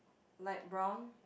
light brown